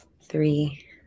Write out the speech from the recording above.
three